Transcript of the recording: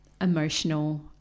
emotional